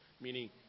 meaning